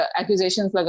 accusations